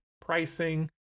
pricing